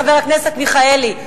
חבר הכנסת מיכאלי,